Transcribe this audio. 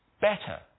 better